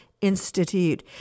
Institute